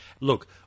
Look